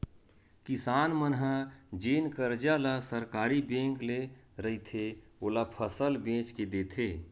किसान मन ह जेन करजा ल सहकारी बेंक ले रहिथे, ओला फसल बेच के देथे